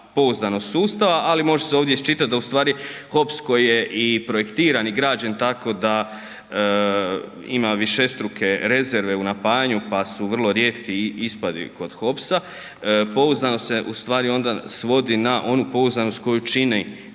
pouzdanost sustava, ali može se ovdje isčitat da ustvari HOPS koji je i projektiran i građen tako da ima višestruke rezerve u napajanju, pa su vrlo rijetki ispadi kod HOPS-a, pouzdanost se u stvari onda svodi na onu pouzdanost koju čini